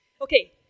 Okay